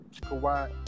Kawhi